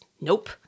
Nope